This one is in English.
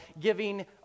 giving